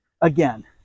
again